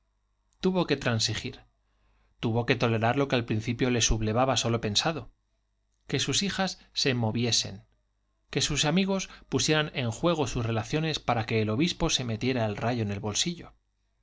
tuvo que transigir tuvo que tolerar lo que al principio le sublevaba sólo pensado que sus hijas se moviesen que sus amigos pusieran en juego sus relaciones para que el obispo se metiera el rayo en el bolsillo